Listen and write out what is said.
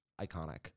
iconic